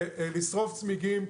לשרוף צמיגים,